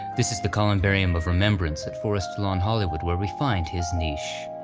this is the columbarium of remembrance at forest lawn hollywood where we find his niche.